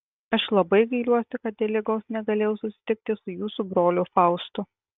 aš labai gailiuosi kad dėl ligos negalėjau susitikti su jūsų broliu faustu